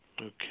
Okay